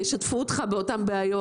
ישתפו אותך באותן הבעיות.